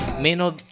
menos